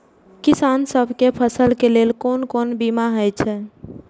किसान सब के फसल के लेल कोन कोन बीमा हे छे?